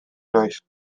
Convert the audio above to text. naiz